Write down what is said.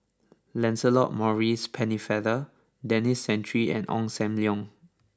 Lancelot Maurice Pennefather Denis Santry and Ong Sam Leong